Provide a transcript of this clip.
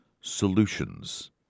Solutions